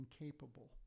incapable